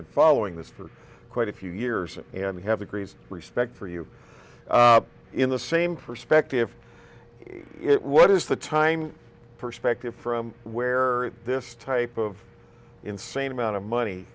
been following this for quite a few years and we have a great respect for you in the same perspective what is the time perspective from where this type of insane amount of money